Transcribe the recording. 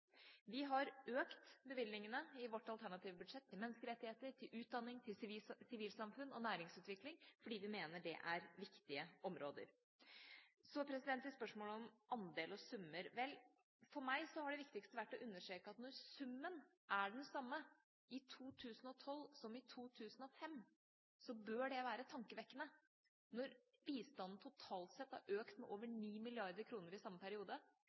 Vi har i vårt alternative budsjett økt bevilgningene til menneskerettigheter, til utdanning, til sivilsamfunn og til næringsutvikling fordi vi mener det er viktige områder. Så til spørsmålet om andeler og summer. For meg har det viktigste vært å understreke at når summen er den samme i 2012 som i 2005, bør det være tankevekkende. Når bistanden totalt sett har økt med over 9 mrd. kr i samme periode,